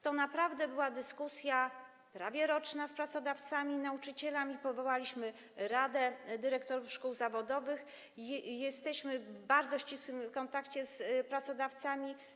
To naprawdę była prawie roczna dyskusja z pracodawcami i nauczycielami, powołaliśmy Radę Dyrektorów Szkół Zawodowych, jesteśmy w bardzo ścisłym kontakcie z pracodawcami.